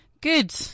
Good